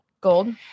Gold